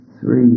Three